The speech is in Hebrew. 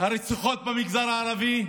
הרציחות במגזר הערבי.